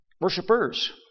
Worshippers